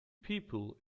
people